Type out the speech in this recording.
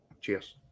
Cheers